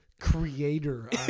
creator